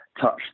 touch